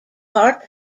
part